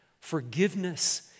forgiveness